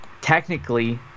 technically